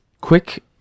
Quick